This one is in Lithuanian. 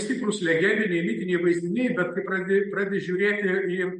stiprūs legendiniai mitiniai vaizdiniai bet kai pradedi pradedi žiūrėti į